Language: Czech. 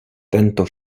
tento